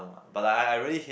but like like I really hate